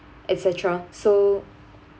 et cetera so